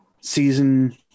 season